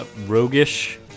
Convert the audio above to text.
roguish